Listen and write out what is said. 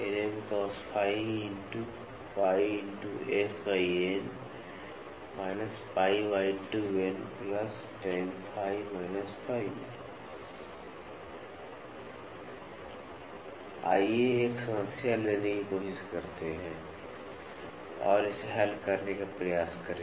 आइए एक समस्या लेने की कोशिश करें और इसे हल करने का प्रयास करें